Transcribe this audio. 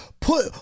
put